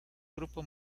grupo